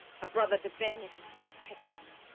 a brother to ben nicholson of texas.